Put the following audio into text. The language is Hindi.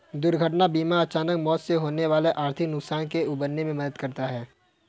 दुर्घटना बीमा अचानक मौत से होने वाले आर्थिक नुकसान से उबरने में मदद देता है